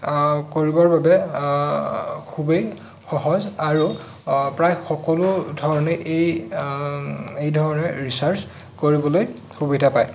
কৰিবৰ বাবে খুবেই সহজ আৰু প্ৰায় সকলোধৰণে এই এইধৰণে ৰিচাৰ্জ কৰিবলৈ সুবিধা পায়